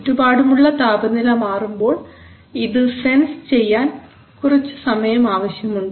ചുറ്റുപാടുമുള്ള താപനില മാറുമ്പോൾ ഇത് സെൻസ് ചെയ്യാൻ കുറച്ചു സമയം ആവശ്യമുണ്ട്